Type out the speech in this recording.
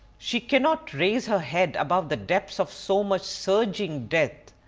she cannot raise her head above the depths of so much surging death.